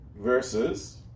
Versus